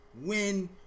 win